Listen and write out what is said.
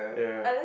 yeah